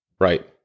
Right